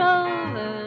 over